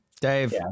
Dave